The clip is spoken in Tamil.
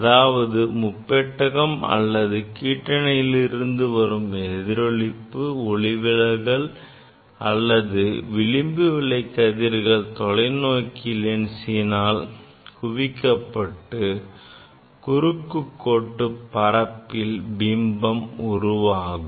அதாவது முப்பட்டகம் அல்லது கீக்ற்றணியில் இருந்து வரும் எதிரொளிப்பு ஒளிவிலகல் அல்லது விளிம்பு விளைவு கதிர்கள் தொலைநோக்கி லென்சினால் குவிக்கப்பட்டு குறுக்கு கோட்டு பரப்பில் பிம்பம் உருவாகும்